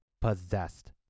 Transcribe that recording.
possessed